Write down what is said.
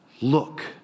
Look